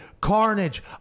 carnage